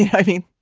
yeah i think.